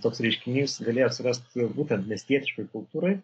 toks reiškinys galėjo atsirasti būtent miestietiškoj kultūroj